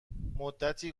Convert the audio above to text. مدتی